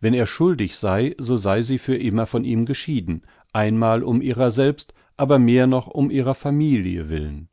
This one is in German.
wenn er schuldig sei so sei sie für immer von ihm geschieden einmal um ihrer selbst aber mehr noch um ihrer familie willen